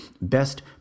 best